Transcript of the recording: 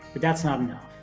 that's not enough.